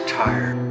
tired